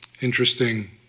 interesting